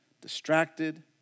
distracted